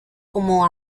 como